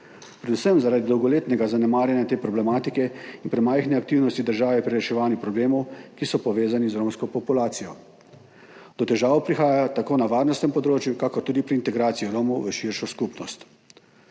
predvsem zaradi dolgoletnega zanemarjanja te problematike in premajhne aktivnosti države pri reševanju problemov, ki so povezani z romsko populacijo. Do težav prihaja tako na varnostnem področju kakor tudi pri integraciji Romov v širšo skupnost.